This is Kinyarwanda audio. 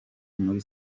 muri